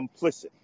complicit